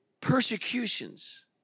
Persecutions